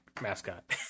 mascot